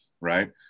right